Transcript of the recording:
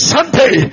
Sunday